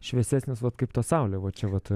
šviesesnis vat kaip ta saulė va čia vat